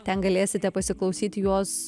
ten galėsite pasiklausyti jos